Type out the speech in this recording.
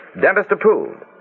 dentist-approved